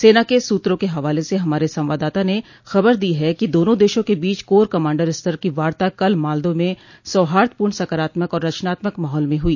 सेना के सूत्रों के हवाले से हमारे संवाददाता ने खबर दी है कि दोनो देशों के बीच कोर कमांडर स्तर की वार्ता कल मॉल्दो में सौहार्दपूर्ण सकारात्मक और रचनात्मक माहौल में हुई